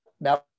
now